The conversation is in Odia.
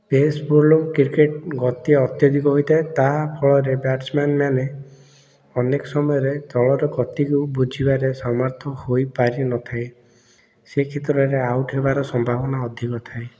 ପେସ୍ ବୋଲିଂ କ୍ରିକେଟ୍ ଗତି ଅତ୍ୟଧିକ ହୋଇଥାଏ ତାହା ଫଳରେ ବ୍ୟାଟ୍ସମ୍ୟାନ୍ ମାନେ ଅନେକ ସମୟରେ ଦଳର ଗତିକୁ ବୁଝିବାରେ ସମର୍ଥ ହୋଇପାରିନଥାଏ ସେ କ୍ଷେତ୍ରରେ ଆଉଟ୍ ହେବାର ସମ୍ଭାବନା ଅଧିକ ଥାଏ